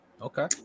Okay